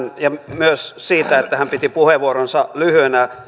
myös siitä että hän piti puheenvuoronsa lyhyenä